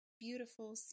beautiful